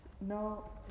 no